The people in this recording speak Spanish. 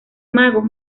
magos